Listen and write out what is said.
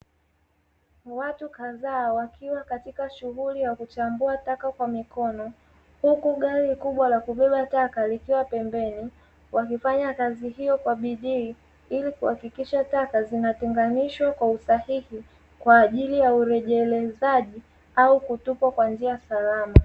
Watu kadhaa wakiwa katika shughuli ya kuchambua taka kwa mikono huku gari kubwa la kubeba taka likiwa pembeni, wakifanya kazi hiyo kwa bidii, ili kuhakikisha taka zinatenganishwa kwa usahihi, kwa ajili ya urejelezaji au kutupwa kwa njia salama.